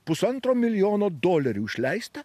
pusantro milijono dolerių išleista